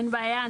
אין בעיה.